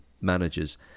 managers